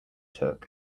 took